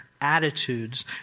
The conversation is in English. attitudes